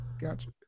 Gotcha